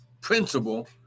principle